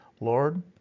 Lord